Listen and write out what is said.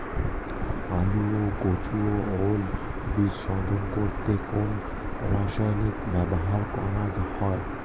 আলু ও কচু ও ওল বীজ শোধন করতে কোন রাসায়নিক ব্যবহার করা হয়?